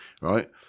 right